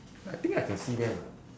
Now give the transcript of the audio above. I think I can see them ah